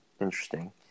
interesting